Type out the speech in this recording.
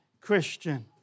Christian